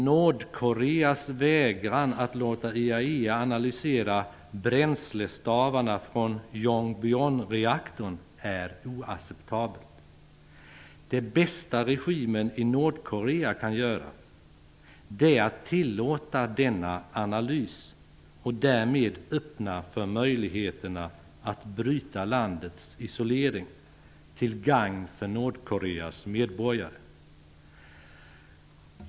Nordkoreas vägran att låta IAEA analysera bränslestavarna från Yongbyon-reaktorn är oacceptabel. Det bästa regimen i Nordkorea kan göra är att tillåta denna analys och därmed öppna för möjligheterna att bryta landets isolering, till gagn för Nordkoreas medborgare.